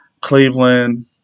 Cleveland